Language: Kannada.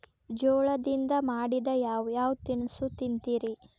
ಜೋಳದಿಂದ ಮಾಡಿದ ಯಾವ್ ಯಾವ್ ತಿನಸು ತಿಂತಿರಿ?